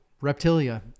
Reptilia